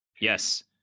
Yes